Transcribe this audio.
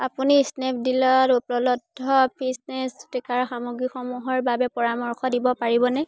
আপুনি স্নেপডীলত উপলব্ধ ফিটনেছ ট্ৰেকাৰ সামগ্ৰীসমূহৰ বাবে পৰামৰ্শ দিব পাৰিবনে